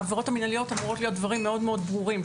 העבירות המינהליות אמורות להיות דברים מאוד מאוד ברורים,